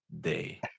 day